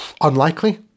unlikely